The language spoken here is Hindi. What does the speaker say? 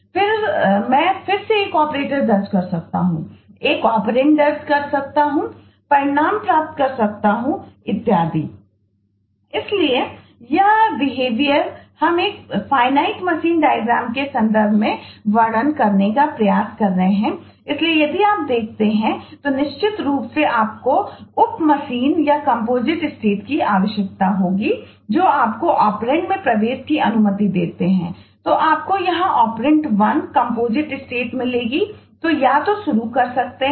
फिर मैं फिर से एक और ऑपरेटर 0 बस है जब आप एक 0 0 दर्ज करते हैं